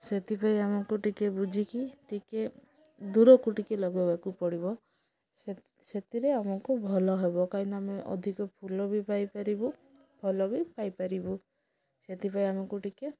ସେଥିପାଇଁ ଆମକୁ ଟିକେ ବୁଝିକି ଟିକେ ଦୂରକୁ ଟିକେ ଲଗେଇବାକୁ ପଡ଼ିବ ସେ ସେଥିରେ ଆମକୁ ଭଲ ହେବ କାହିଁକିନା ଆମେ ଅଧିକ ଫୁଲ ବି ପାଇପାରିବୁ ଭଲ ବି ପାଇପାରିବୁ ସେଥିପାଇଁ ଆମକୁ ଟିକେ